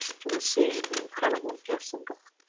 to receive the incredible gifts of god